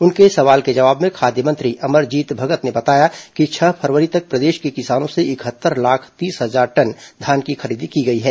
उनके सवाल के जवाब में खाद्य मंत्री अमरजीत भगत ने बताया कि छह फरवरी तक प्रदेश के किसानों से इकहत्तर लाख तीस हजार टन धान की खरीदी की गई है